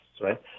right